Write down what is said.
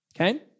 Okay